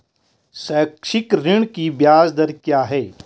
शैक्षिक ऋण की ब्याज दर क्या है?